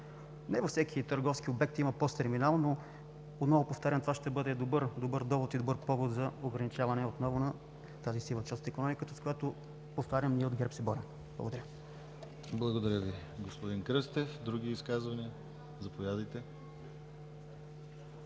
не във всеки търговски обект има ПОС терминал, но отново повтарям, това ще бъде добър довод и добър повод за ограничаване отново на тази сива част от икономиката, с която, повтарям, ние от ГЕРБ се борим. Благодаря. ПРЕДСЕДАТЕЛ ДИМИТЪР ГЛАВЧЕВ: Благодаря Ви, господин Кръстев. Други изказвания? Заповядайте.